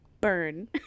Burn